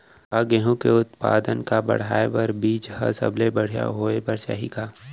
का गेहूँ के उत्पादन का बढ़ाये बर बीज ह सबले बढ़िया होय बर चाही का?